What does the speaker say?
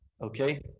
okay